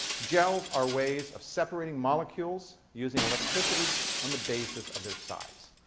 gels are ways of separating molecules using electricity on the basis of their size.